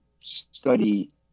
study